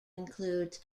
includes